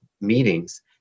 meetings